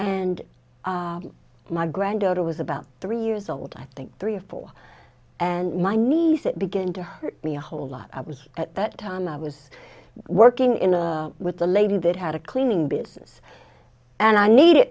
and my granddaughter was about three years old i think three or four and my niece it begin to hurt me a whole lot i was at that time i was working in a with a lady that had a cleaning business and i needed